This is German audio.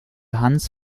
hans